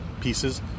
pieces